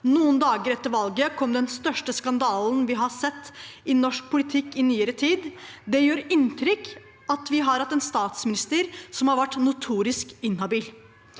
Noen dager etter valget kom den største skandalen vi har sett i norsk politikk i nyere tid. Det gjør inntrykk at vi har hatt en statsminister som har vært notorisk inhabil.